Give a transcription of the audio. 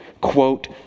quote